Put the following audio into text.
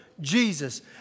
Jesus